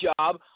job